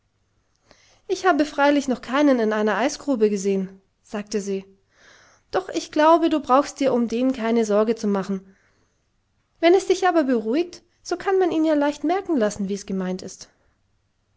ich habe freilich noch keinen in einer eisgrube gesehen sagte se doch ich glaube du brauchst dir um den keine sorge zu machen wenn es dich aber beruhigt so kann man ihn ja leicht merken lassen wie's gemeint ist